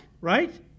right